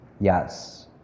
yes